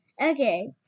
Okay